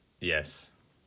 Yes